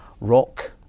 rock